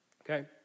okay